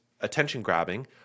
attention-grabbing